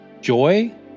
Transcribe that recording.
joy